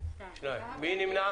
מי נמנע?